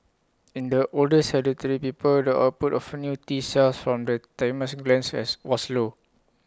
in the older sedentary people the output of new T cells from the thymus glands has was low